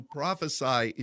prophesy